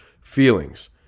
feelings